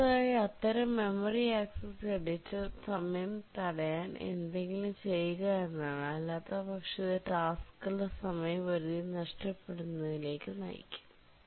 അടുത്തതായി അത്തരം memory access editor സമയം തടയാൻ എന്തെങ്കിലും ചെയ്യുക എന്നതാണ് അല്ലാത്തപക്ഷം ഇത് ടാസ്ക്കുകളുടെ സമയപരിധി നഷ്ടപ്പെടുത്തുന്നതിലേക്ക് നയിക്കും